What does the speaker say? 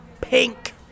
pink